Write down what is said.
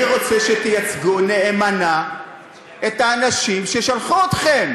אני רוצה שתייצגו נאמנה את האנשים ששלחו אתכם.